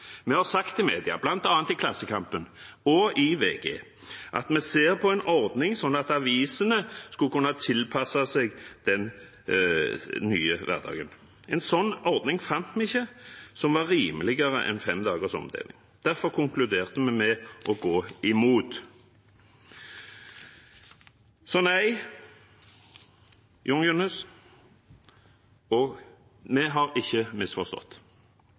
Vi har sagt til media, bl.a. Klassekampen og VG, at vi så på en ordning for at avisene skulle kunne tilpasse seg den nye hverdagen. En slik ordning, som var rimeligere enn fem dagers omdeling, fant vi ikke. Derfor konkluderte vi med å gå imot. Så nei, Jon Gunnes, vi har ikke misforstått.